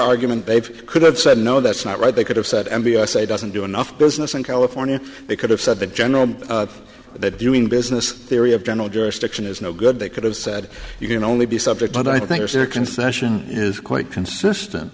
argument they've could have said no that's not right they could have said m b i say doesn't do enough business in california they could have said the general that doing business theory of general jurisdiction is no good they could have said you can only be subject what i think is their concession is quite consistent